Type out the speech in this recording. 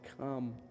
come